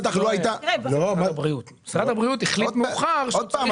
משרד הבריאות החליט מאוחר שהוא צריך